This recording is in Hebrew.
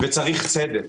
צריך צדק.